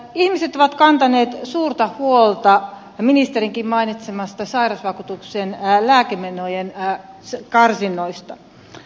ihmiset ovat kantaneet suurta huolta ministerinkin mainitsemista sairausvakuutuksen lääkemenojen karsinnoista